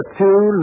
two